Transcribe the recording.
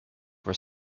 were